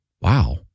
wow